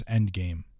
Endgame